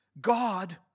God